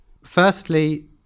firstly